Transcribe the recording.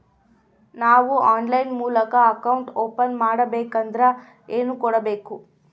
ನಾವು ಆನ್ಲೈನ್ ಮೂಲಕ account open ಮಾಡಬೇಂಕದ್ರ ಏನು ಕೊಡಬೇಕು?